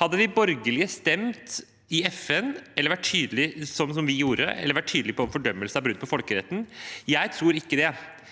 Hadde de borgerlige stemt i FN slik som vi gjorde, eller vært tydelige på fordømmelse av brudd på folkeretten? Jeg tror ikke det.